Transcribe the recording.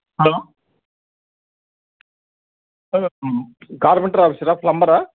hello carpenter ఆఫీసరా ప్లంబరా